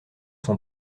sont